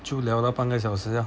就聊了半个小时 liao